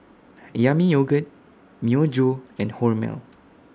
Yami Yogurt Myojo and Hormel